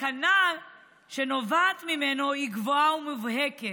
הסכנה שנובעת ממנו היא גדולה ומובהקת.